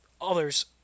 others